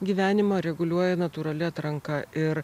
gyvenimą reguliuoja natūrali atranka ir